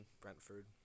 Brentford